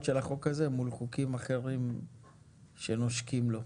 החוק הזה מול חוקים אחרים שנושקים לו.